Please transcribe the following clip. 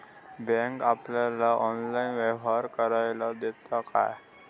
Bank आपल्याला online व्यवहार करायला देता काय?